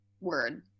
Word